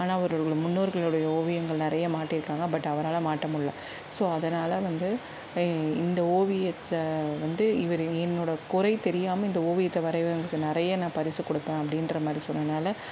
ஆனால் அவர்களுவோட முன்னோர்களுடைய ஓவியங்கள் நிறைய மாட்டிருக்காங்க பட் அவரால மாட்ட முல்ல ஸோ அதனால் வந்து இந்த ஓவியத்தை வந்து இவர் என்னோட குறை தெரியாமல் இந்த ஓவியத்தை வரைவங்களுக்கு நிறைய நான் பரிசு கொடுப்பேன் அப்பிடின்ற மாரி சொன்னனால